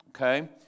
okay